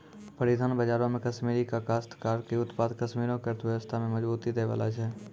परिधान बजारो मे कश्मीरी काश्तकार के उत्पाद कश्मीरो के अर्थव्यवस्था में मजबूती दै बाला छै